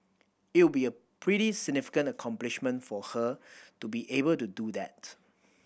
it would be a pretty significant accomplishment for her to be able to do that